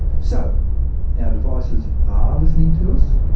so our devices are listening to us,